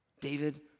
David